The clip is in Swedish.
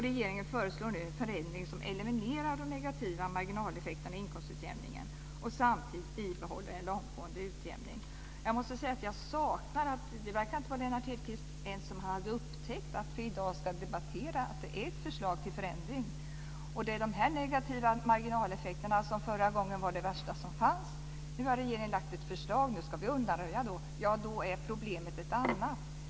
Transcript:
Regeringen föreslår nu en förändring som eliminerar de negativa marginaleffekterna i inkomstutjämningen och samtidigt bibehåller en långtgående utjämning. Jag måste säga att det verkar som om Lennart Hedquist inte ens har upptäckt att vi i dag ska debattera ett förslag till förändring. Det är dessa negativa marginaleffekter som förra gången som vi diskuterade detta var det värsta som fanns. Nu har regeringen lagt fram ett förslag, och nu ska vi undanröja dessa negativa marginaleffekter, men då är problemet ett annat.